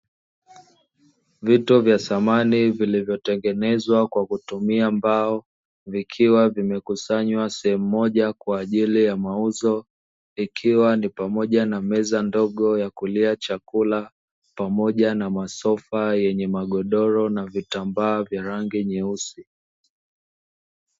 Vito vya samani vilivyotengenezwa kwa kutumia mbao, vikiwa vimekusanywa sehemu moja kwa ajili ya mauzo. Ikiwa ni pamoja na meza ndogo ya kulia chakula, pamoja na masofa yenye magodoro na vitambaa vya rangi nyeusi.